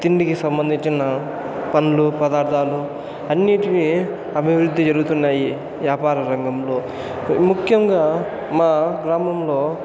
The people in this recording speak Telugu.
తిండికి సంబంధించిన పండ్లు పదార్ధాలు అన్నిటివి అభివృద్ధి జరుగుతున్నాయి వ్యాపారా రంగంలో ముఖ్యంగా మా గ్రామంలో